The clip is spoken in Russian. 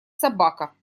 собака